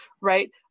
right